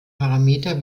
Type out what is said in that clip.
parameter